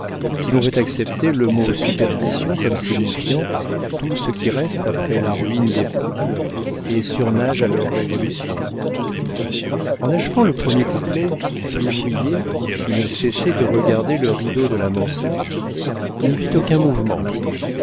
si l'on veut accepter le mot superstition comme signifiant tout ce qui reste après la ruine des peuples et surnage à leurs révolutions en achevant le premier couplet l'ouvrier qui ne cessait de regarder le rideau de la mansarde n'y vit aucun mouvement